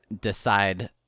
decide